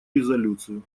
резолюцию